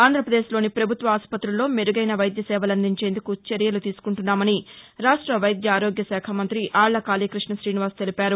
ఆంధ్రాపదేశ్ లోని ప్రభత్వ ఆసుపతుల్లో మెరుగైన వైద్య సేవలందించేందుకు చర్యలు తీసుకుంటున్నామని రాష్ట వైద్య ఆరోగ్య శాఖ మంతి ఆళ్ల కాళీకృష్ణ తీనివాస్ తెలిపారు